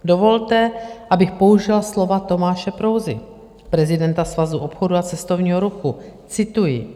Dovolte, abych použila slova Tomáše Prouzy, prezidenta Svazu obchodu a cestovního ruchu, cituji: